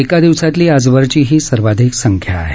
एका दिवसातली आजवरची ही सर्वाधिक संख्या आहे